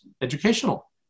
educational